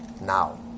now